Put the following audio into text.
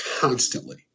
constantly